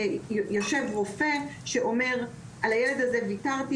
יושב רופא שאומר: 'על הילד הזה ויתרתי',